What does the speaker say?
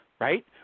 right